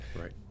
Right